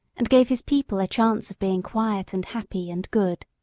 and gave his people a chance of being quiet and happy and good.